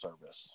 Service